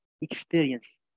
experience